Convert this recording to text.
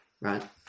right